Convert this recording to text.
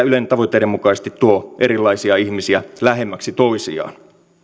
ylen tavoitteiden mukaisesti tuo erilaisia ihmisiä lähemmäksi toisiaan